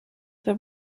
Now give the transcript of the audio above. for